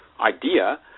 idea